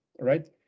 right